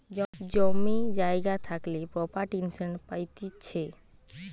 জমি জায়গা থাকলে প্রপার্টি ইন্সুরেন্স পাইতিছে